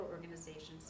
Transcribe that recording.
organizations